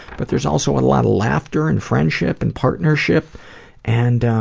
but there's also a lot of laughter and friendship and partnership and,